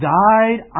died